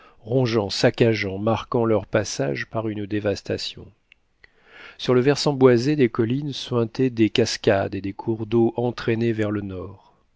rongeant saccageant marquant leur passage par une dévastation sur le versant boisé des collines suintaient des cascades et des cours d'eau entraînés vers le nord